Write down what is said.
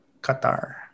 Qatar